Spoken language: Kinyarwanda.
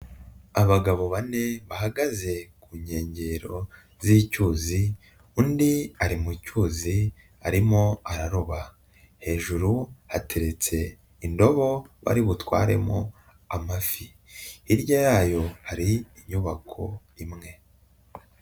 Abagabo bane bahagaze ku nkengero z'icyuzi, undi ari mu cyuzi, arimo araroba. Hejuru hateretse indobo bari butwaremo amafi, hirya yayo hari inyubako imwe.